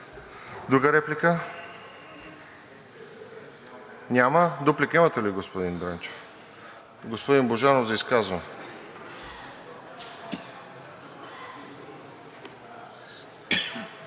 Друга реплика? Няма. Дуплика имате ли, господин Дренчев? Господин Божанов – за изказване.